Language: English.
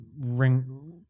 ring